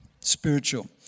spiritual